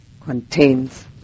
contains